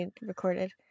Recorded